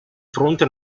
fronte